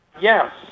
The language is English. yes